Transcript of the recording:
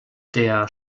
der